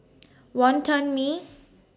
Wonton Mee